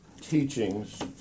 teachings